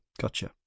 Gotcha